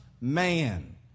man